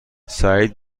سعید